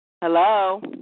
hello